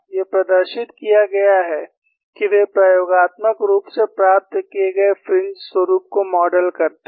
ये प्रदर्शित किया गया है कि वे प्रयोगात्मक रूप से प्राप्त किए गए फ्रिंज स्वरुप को मॉडल करते हैं